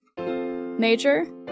Major